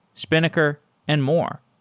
spinnaker and more.